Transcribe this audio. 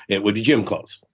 it would be gym clothes